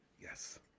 Yes